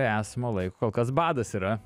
esamo laiko kol kas badas yra